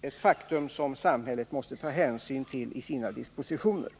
ett faktum som samhället måste ta hänsyn till i sina dispositioner.